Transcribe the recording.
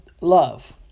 love